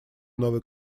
новой